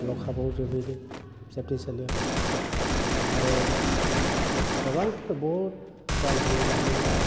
लकाबाव जोबहैदों जोबथेसालियाव आरो गोबांखौनो बुहुत गाज्रियै बुदों